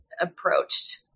approached